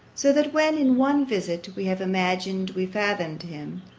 so that when in one visit we have imagined we fathomed him,